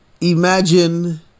imagine